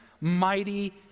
Mighty